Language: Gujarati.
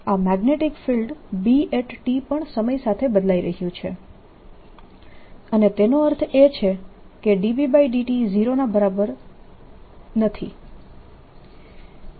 તેથી આ મેગ્નેટીક ફિલ્ડ B પણ સમય સાથે બદલાઈ રહ્યું છે અને તેનો અર્થ એ છે કે Bt0 છે